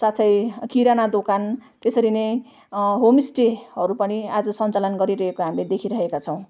साथै किराना दोकान त्यसरी नै होमस्टेहरू पनि आज सञ्चालन गरिरहेको हामीले देखिरहेका छौँ